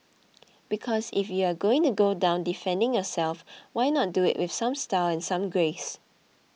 because if you are going to go down defending yourself why not do it with some style and some grace